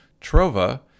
trova